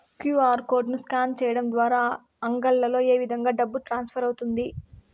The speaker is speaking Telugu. క్యు.ఆర్ కోడ్ ను స్కాన్ సేయడం ద్వారా అంగడ్లలో ఏ విధంగా డబ్బు ట్రాన్స్ఫర్ అవుతుంది